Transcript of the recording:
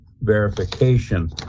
verification